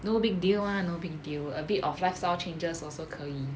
no big deal [one] no big deal a bit of lifestyle changes also 可以